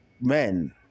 men